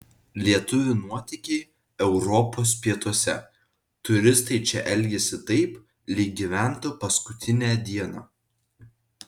lietuvių nuotykiai europos pietuose turistai čia elgiasi taip lyg gyventų paskutinę dieną